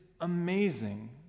amazing